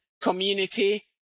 community